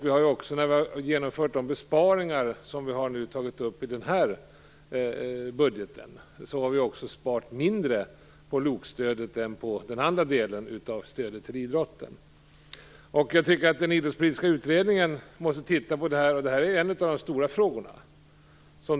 Vi har också när vi har genomfört de besparingar som vi har tagit upp i den här budgeten sparat mindre på LOK-stödet än på den andra delen av stödet till idrotten. Den idrottspolitiska utredningen måste titta på det här, som är en av de stora frågorna.